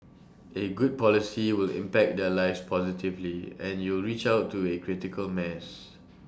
A good policy will impact their lives positively and you'll reach out to A critical mass